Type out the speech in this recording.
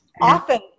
often